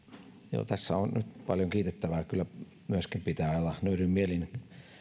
tässä on nyt paljon kiitettävää kyllä pitää aina myöskin nöyrin mielin